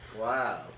Wow